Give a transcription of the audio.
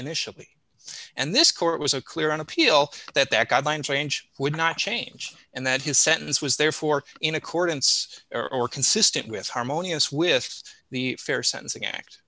initially and this court was a clear on appeal that that guideline change would not change and that his sentence was therefore in accordance or or consistent with harmonious with the fair sentencing act